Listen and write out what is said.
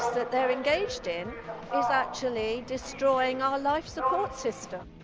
that they're engaged in is actually destroying our life support system.